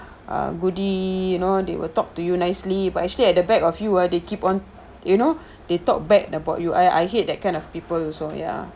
ah goody you know they will talk to you nicely but actually at the back of you ah they keep on you know they talk bad about you I I hate that kind of people also ya